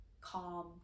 calm